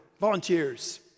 volunteers